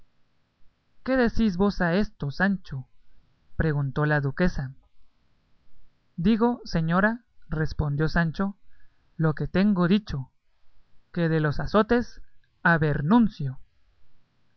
qué decís vos a esto sancho preguntó la duquesa digo señora respondió sancho lo que tengo dicho que de los azotes abernuncio